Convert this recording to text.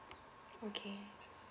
okay